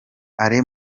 alain